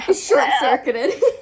short-circuited